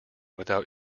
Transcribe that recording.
without